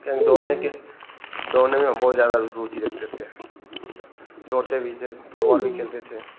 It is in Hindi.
क्योंकि दौड़ने के दौड़ने में हम बहुत ज़्यादा रुचि रखते थे दौड़ते भी थे फुटबॉल भी खेलते थे